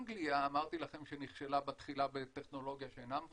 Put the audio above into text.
אנגליה אמרתי לכם שנכשלה בתחילה בטכנולוגיה שאינה על